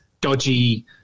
dodgy